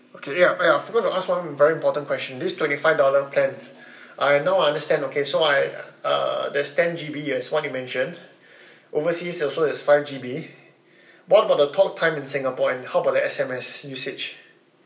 okay eh oh ya I forgot to ask one very important question this twenty five dollar plan I now I understand okay so I uh there's ten G_B as what you mentioned overseas also is five G_B what about the talk time in singapore and how about the S_M_S usage